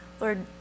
Lord